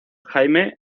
jaime